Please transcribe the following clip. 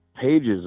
pages